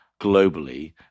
globally